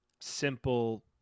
simple